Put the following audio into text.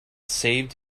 saved